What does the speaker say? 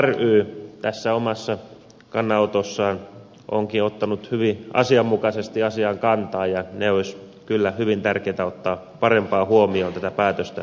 autoliitto ry tässä omassa kannanotossaan onkin ottanut hyvin asianmukaisesti asiaan kantaa ja ne olisi kyllä hyvin tärkeätä ottaa parempaan huomioon tätä päätöstä tehtäessä